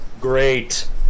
Great